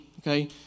okay